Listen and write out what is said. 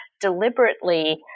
deliberately